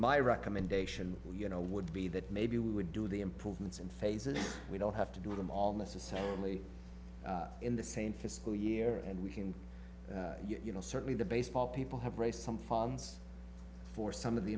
my recommendation you know would be that maybe we would do the improvements in phases we don't have to do them all necessarily in the same fiscal year and we can you know certainly the baseball people have raised some funds for some of the